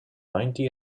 ninety